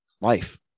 Life